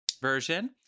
version